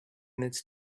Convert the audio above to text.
needs